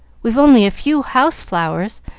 we've only a few house-flowers,